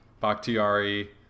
Bakhtiari